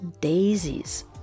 daisies